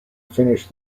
finished